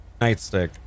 nightstick